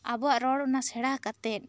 ᱟᱵᱚᱣᱟᱜ ᱨᱚᱲ ᱚᱱᱟ ᱥᱮᱬᱟ ᱠᱟᱛᱮ